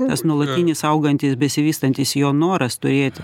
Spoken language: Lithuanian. tas nuolatinis augantis besivystantis jo noras turėti